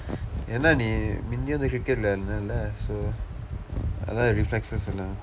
என்ன நீ முந்தி வந்து:enna nii mundthi vandthu cricket இல்ல இருந்தெல்ல:illa irundthella so அதான்:athaan reflexes எல்லாம்:ellaam